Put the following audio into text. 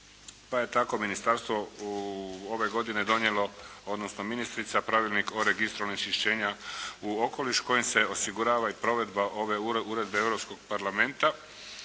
pa je tako ministarstvo ove godine donijelo, odnosno ministrica Pravilnik o registru onečišćenja u okoliš kojim se osigurava i provedba ove uredbe Europskog parlamenta